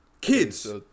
kids